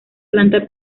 planta